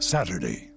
Saturday